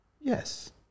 yes